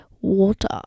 water